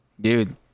dude